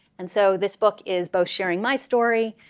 and so this book is both sharing my story,